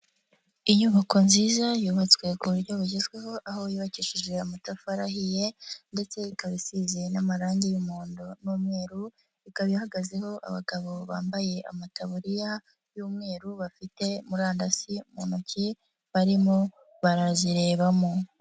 Inyubako nziza yubatswe ku buryo bugezweho aho yubakishije amatafari ahiye ndetse ikaba isizwe n'amarangi y'umuhondo n'umweru ikaba ihagazeho abagabo bambaye amataburiya y'umweru bafite murandasi mu ntoki barimo barazirebamo.